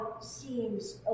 seems